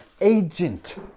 agent